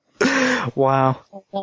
Wow